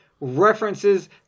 references